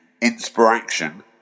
inspiration